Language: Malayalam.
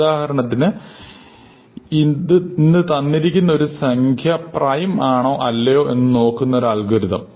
ഉദാഹരണത്തിന് ഇന്ന് തന്നിരിക്കുന്ന ഒരു സംഖ്യ പ്രൈം ആണോ അല്ലയോ എന്ന് നോക്കുന്ന ഒരു അൽഗോരിതം